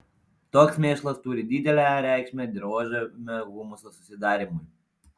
toks mėšlas turi didelę reikšmę dirvožemio humuso susidarymui